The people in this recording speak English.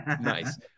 Nice